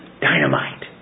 dynamite